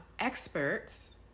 experts